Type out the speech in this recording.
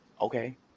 Okay